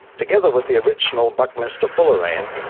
together with the original buckminsterfullerene,